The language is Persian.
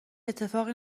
اتفاقی